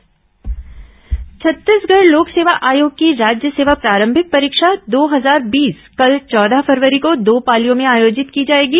PSC परीक्षा छत्तीसगढ़ लोक सेवा आयोग की राज्य सेवा प्रारंभिक परीक्षा दो हजार बीस कल चौदह फरवरी को दो पालियों में आयोजित की जाएगी